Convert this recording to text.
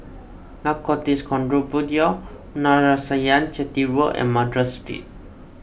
Narcotics Control Bureau Narayanan Chetty Road and Madras Street